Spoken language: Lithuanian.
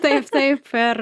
taip taip ir